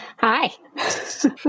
Hi